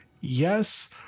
yes